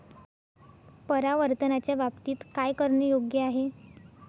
परावर्तनाच्या बाबतीत काय करणे योग्य आहे